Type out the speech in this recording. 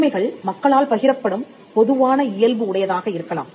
உரிமைகள் மக்களால் பகிரப்படும் பொதுவான இயல்பு உடையதாக இருக்கலாம்